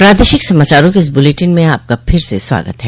प्रादेशिक समाचारों के इस बुलेटिन में आपका फिर से स्वागत है